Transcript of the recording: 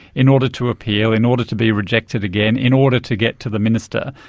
in order to appeal, in order to be rejected again, in order to get to the minister.